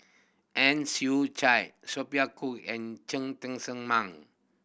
Ang Chwee Chai Sophia Cooke and Cheng Tsang Man